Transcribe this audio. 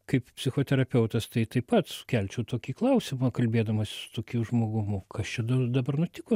kaip psichoterapeutas tai taip pat kelčiau tokį klausimą kalbėdamas su tokiu žmogum o kas čia dabar nutiko